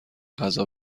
غذا